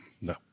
no